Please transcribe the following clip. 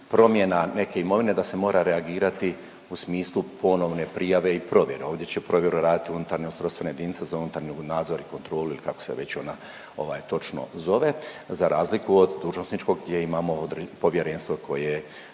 promjena neke imovine da se mora reagirati u smislu ponovne prijave i provjere. Ovdje će provjeru raditi unutarnja ustrojstvena jedinica za unutarnji nadzor i kontrolu ili kako se već ona ovaj točno zove za razliku od dužnosničkog gdje imamo određ… povjerenstvo koje